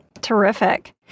Terrific